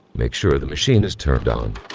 make sure the machine is turned on.